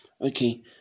Okay